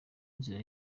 nzira